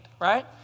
right